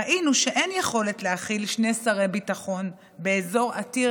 ראינו שאין יכולת להכיל שני שרי ביטחון באזור עתיר